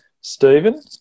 Stephen